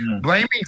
Blaming